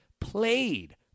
played